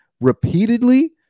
repeatedly